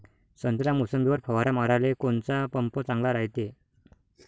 संत्रा, मोसंबीवर फवारा माराले कोनचा पंप चांगला रायते?